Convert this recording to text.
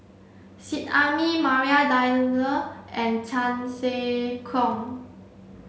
Seet Ai Mee Maria and Chan Sek Keong